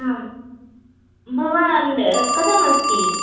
आं भवान् कथमस्ति